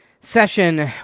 session